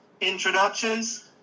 introductions